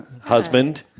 Husband